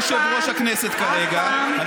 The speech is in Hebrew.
חבר הכנסת יואל חסון, אתה לא תנהל פה.